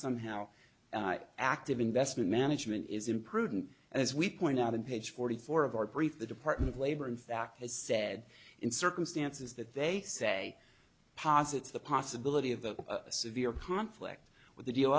somehow active investment management is imprudent as we point out in page forty four of our brief the department of labor in fact has said in circumstances that they say posits the possibility of the severe conflict with the deal